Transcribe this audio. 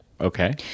Okay